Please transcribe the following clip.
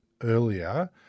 earlier